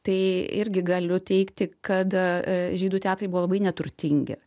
tai irgi galiu teigti kad žydų teatrai buvo labai neturtingi